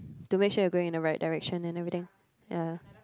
to make sure you're going in the right direction and everything ya